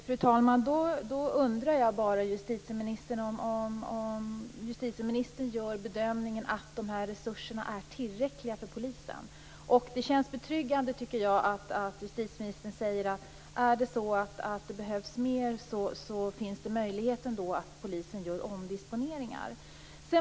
Fru talman! Jag undrar då bara om justitieministern gör den bedömningen att de här resurserna är tillräckliga för polisen. Jag tycker att det känns betryggande att justitieministern säger att polisen har möjlighet att göra omdisponeringar, om det behövs mer.